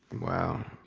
wow.